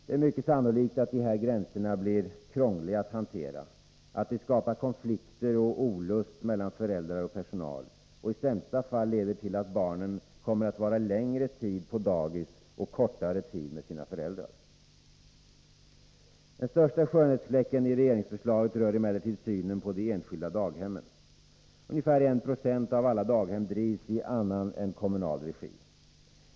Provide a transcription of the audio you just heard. Det är mycket sannolikt att de här gränserna blir krångliga att hantera, att de skapar konflikter och olust mellan föräldrar och personal och i sämsta fall leder till att barnen kommer att vara längre tid på dagis och kortare tid med sina föräldrar. Den största skönhetsfläcken i regeringsförslaget rör emellertid synen på de enskilda daghemmen. Ungefär 1 20 av alla daghem drivs i annan än kommunal regi.